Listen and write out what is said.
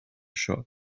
shop